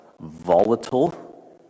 volatile